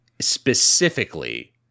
specifically